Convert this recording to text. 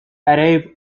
arrive